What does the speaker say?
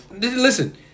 Listen